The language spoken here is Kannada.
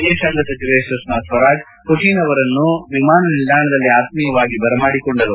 ವಿದೇಶಾಂಗ ವ್ಯವಹಾರಗಳ ಸಚಿವೆ ಸುಷ್ಮಾ ಸ್ಲರಾಜ್ ಪುಟಿನ್ ಅವರನ್ತು ವಿಮಾನ ನಿಲ್ದಾಣದಲ್ಲಿ ಆತ್ಮೀಯವಾಗಿ ಬರಮಾಡಿಕೊಂಡರು